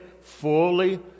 fully